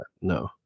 No